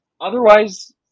Otherwise